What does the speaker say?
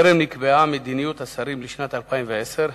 טרם נקבעה מדיניות השרים לשנת 2010,